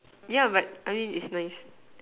yeah but I mean it's nice